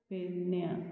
पेडण्या